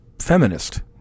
feminist